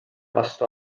vastu